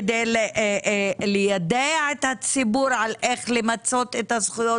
כדי ליידע את הציבור איך למצות את הזכויות